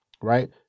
right